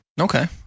Okay